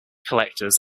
collectors